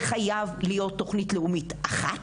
זה חייב להיות תוכנית לאומית אחת.